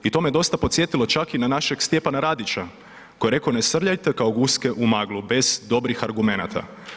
I to me dosta podsjetilo čak i na našeg Stjepana Radića, koji je rekao, ne srljajte kao guske u maglu, bez dobrih argumenata.